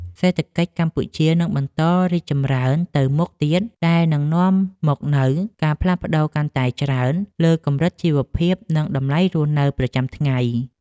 សេដ្ឋកិច្ចកម្ពុជានឹងបន្តរីកចម្រើនទៅមុខទៀតដែលនឹងនាំមកនូវការផ្លាស់ប្តូរកាន់តែច្រើនលើកម្រិតជីវភាពនិងតម្លៃរស់នៅប្រចាំថ្ងៃ។